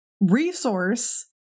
resource